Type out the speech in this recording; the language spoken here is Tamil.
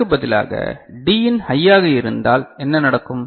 அதற்கு பதிலாக D இன் ஹையாக இருந்தால் என்ன நடக்கும்